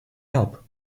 help